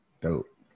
dope